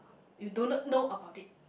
you do not know about it